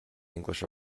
english